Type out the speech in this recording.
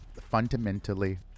fundamentally